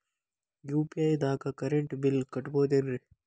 UPI ದಾಗ current bill ಕಟ್ಟಬಹುದೇನ್ರಿ?